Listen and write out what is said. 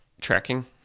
tracking